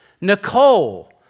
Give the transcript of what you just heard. Nicole